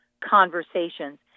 conversations